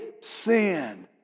sin